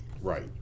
Right